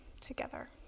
together